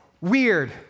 weird